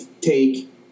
take